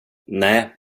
nej